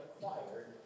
acquired